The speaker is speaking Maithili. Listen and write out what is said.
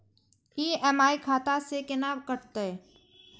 ई.एम.आई खाता से केना कटते?